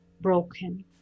broken